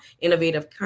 innovative